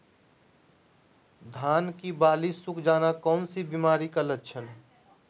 धान की बाली सुख जाना कौन सी बीमारी का लक्षण है?